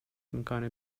میکنه